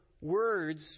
words